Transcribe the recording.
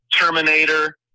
Terminator